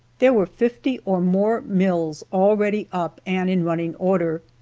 there were fifty or more mills already up and in running order.